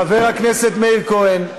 חבר הכנסת מאיר כהן,